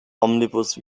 omnibus